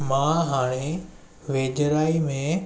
मां हाणे वेझिराई में